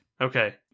Okay